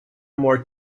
more